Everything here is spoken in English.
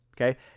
okay